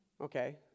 Okay